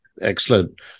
Excellent